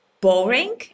boring